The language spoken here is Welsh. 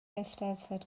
eisteddfod